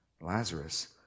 Lazarus